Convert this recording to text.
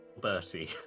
Bertie